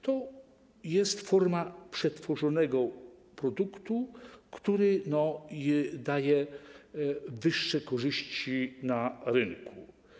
To jest forma przetworzonego produktu, który daje wyższe korzyści na rynku.